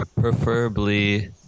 Preferably